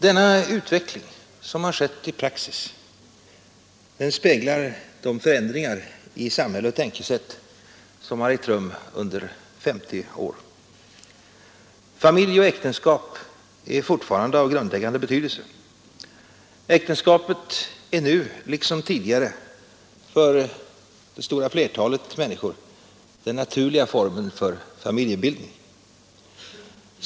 Denna utveckling, som har skett i praxis, speglar de fö ändringar i samhälle och tänkesätt som har ägt rum under 50 år. Familj och äktenskap är fortfarande av grundläggande betydelse. Äktenskapet är nu liksom tidigare för det stora flertalet människor den naturliga formen för familjebildning.